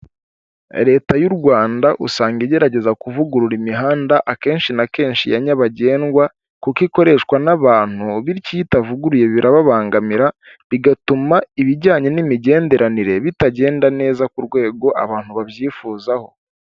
Leta y'Urwanda usanga igerageza kuvugurura imihanda, akenshi na kenshi ya nyabagendwa, kuko ikoreshwa n'abantu, bityo iyo itavuguruye birababangamira, bigatuma ibijyanye n'imigenderanire bitagenda neza ku rwego abantu babyifuzaho.